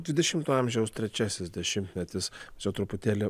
dvidešimto amžiaus trečiasis dešimtmetis čia truputėlį